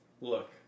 look